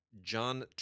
John